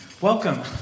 Welcome